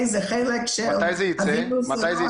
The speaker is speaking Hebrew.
מתי זה יקרה?